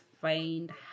find